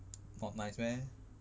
not nice meh